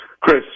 Chris